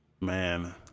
Man